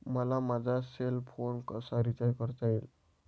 मला माझा cell phone कसा रिचार्ज करता येईल?